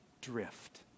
drift